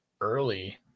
early